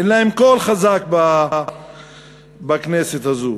אין להם קול חזק בכנסת הזאת.